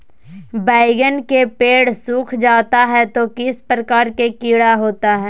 बैगन के पेड़ सूख जाता है तो किस प्रकार के कीड़ा होता है?